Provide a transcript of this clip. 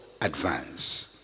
advance